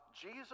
Jesus